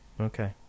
Okay